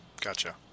Gotcha